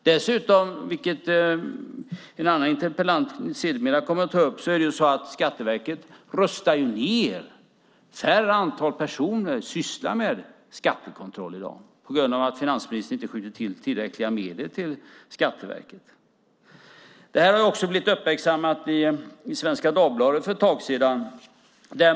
Dessutom, vilket en annan interpellant sedermera kommer att ta upp, rustar Skatteverket ned. Färre personer sysslar med skattekontroll i dag, eftersom finansministern inte skjuter till tillräckliga medel till Skatteverket. Detta uppmärksammades också i Svenska Dagbladet för ett tag sedan.